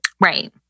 Right